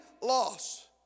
loss